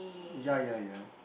ya ya ya